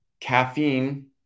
caffeine